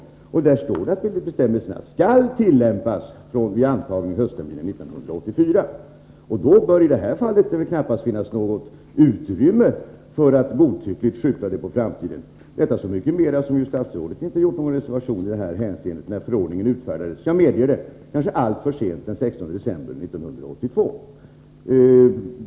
Där står det att bestämmelserna skall tillämpas vid antagning höstterminen 1984. Det bör därför i det här fallet knappast finnas något utrymme för att godtyckligt skjuta tillämpningen på framtiden; detta så mycket mera som ju statsrådet inte gjorde någon reservation i det hänseendet när förordningen utfärdades kanske alltför sent — jag medger det — den 16 december 1982.